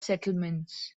settlements